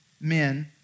men